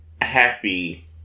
happy